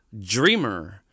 dreamer